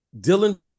Dylan